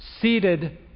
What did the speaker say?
Seated